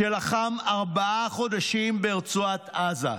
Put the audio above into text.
שלחם ארבעה חודשים ברצועת עזה.